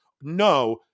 no